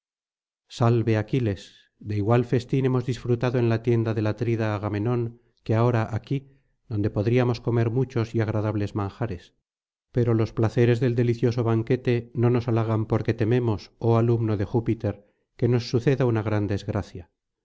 salve aquiles de igual festín hemos disfrutado en la tienda del atrida agamenón que ahora aquí donde podríamos comer muchos y agradables manjares pero los placeres del delicioso banquete no nos halagan porque tememos oh alumno de júpiter que nos suceda una gran desgracia